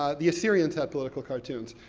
ah the assyrians had political cartoons.